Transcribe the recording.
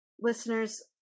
listeners